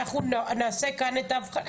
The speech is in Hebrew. אנחנו נעשה כאן את האבחנה.